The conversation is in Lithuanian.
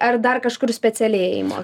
ar dar kažkur specialėjimo